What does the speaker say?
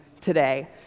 today